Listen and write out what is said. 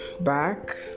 back